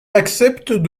acceptent